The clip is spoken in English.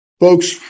Folks